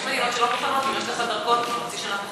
יש מדינות שלא מוכנות אם יש לך דרכון בתוקף לחצי שנה.